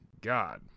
God